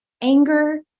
anger